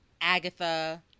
Agatha